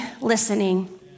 listening